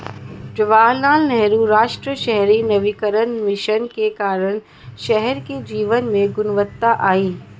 जवाहरलाल नेहरू राष्ट्रीय शहरी नवीकरण मिशन के कारण शहर के जीवन में गुणवत्ता आई